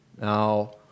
Now